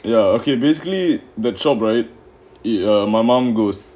ya okay basically the shop right err my mom goes